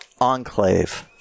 Enclave